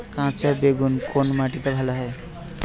কাঁটা বেগুন কোন মাটিতে ভালো হয়?